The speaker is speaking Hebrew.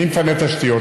מי מפנה תשתיות?